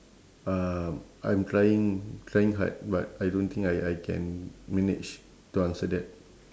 um I'm trying trying hard but I don't think I I can manage to answer that